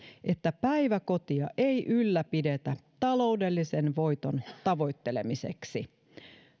että päiväkotia ei ylläpidetä taloudellisen voiton tavoittelemiseksi